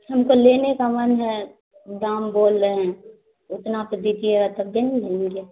ہم کو لینے کا من ہے دام بول رہے ہیں اتنا پہ دیجیے گا تبھیے نا لیں گے